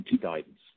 guidance